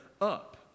up